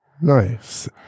Nice